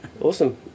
awesome